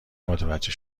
متوجه